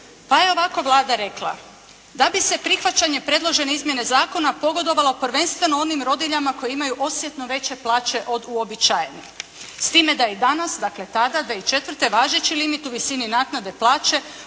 Pa je ovako Vlada rekla, da bi se prihvaćanje predložene izmjene zakona pogodovalo prvenstveno onim rodiljama koje imaju osjetno veće plaće od uobičajenih, s time da i danas, dakle tada, da i četvrte važeći limit u visini naknade plaće